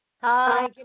Hi